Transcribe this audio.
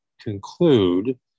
conclude